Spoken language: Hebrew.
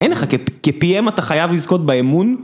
אין לך כpm אתה חייב לזכות באמון?